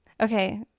okay